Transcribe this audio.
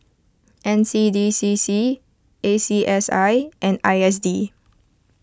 N C D C C A C S I and I S D